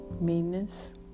meanness